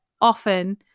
often